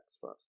first